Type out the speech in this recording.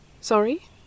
Sorry